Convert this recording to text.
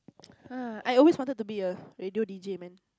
I always wanted to be a radio D_J man